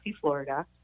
Florida